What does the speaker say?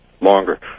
longer